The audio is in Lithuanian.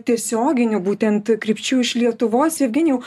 tiesioginių būtent krypčių iš lietuvos evgenijau